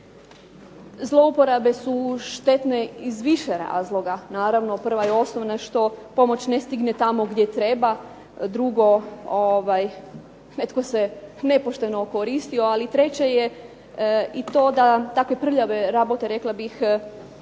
Zlouporabe su štetne iz više razloga. Naravno, prva i osnovna je što pomoć ne stigne tamo gdje treba, drugo netko se nepošteno okoristio, ali treće je i to da takve prljave rabote rekla bih